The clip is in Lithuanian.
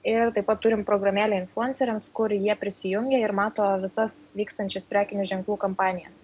ir taip pat turim programėlę influenceriams kur jie prisijungia ir mato visas vykstančias prekinių ženklų kampanijas